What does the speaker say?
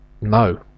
no